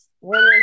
women